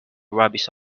rubbish